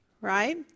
right